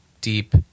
deep